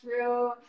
true